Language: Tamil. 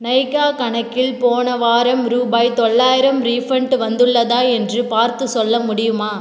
நைகா கணக்கில் போன வாரம் ரூபாய் தொள்ளாயிரம் ரீஃபண்ட் வந்துள்ளதா என்று பார்த்துச் சொல்ல முடியுமா